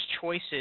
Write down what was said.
choices